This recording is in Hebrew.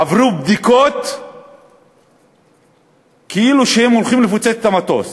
עברו בדיקות כאילו הם הולכים לפוצץ את המטוס.